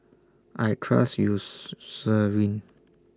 I Trust